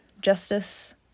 justice